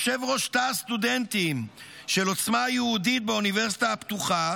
יושב-ראש תא הסטודנטים של עוצמה יהודית באוניברסיטה הפתוחה,